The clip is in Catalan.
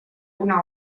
una